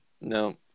no